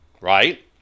right